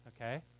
okay